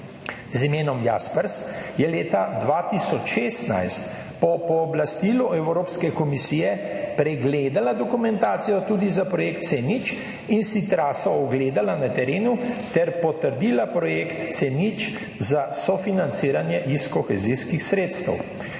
z imenom Jaspers je leta 2016 po pooblastilu Evropske komisije pregledala dokumentacijo tudi za projekt C0 in si traso ogledala na terenu ter potrdila projekt C0 za sofinanciranje iz kohezijskih sredstev.